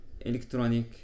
electronic